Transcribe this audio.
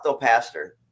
pastor